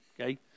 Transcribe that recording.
okay